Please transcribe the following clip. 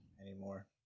anymore